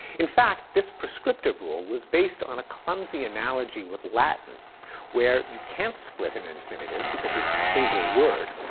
in fact, this prescriptive rule was based on a clumsy analogy with latin where you can't splint an infinitive because it's a single word,